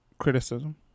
criticism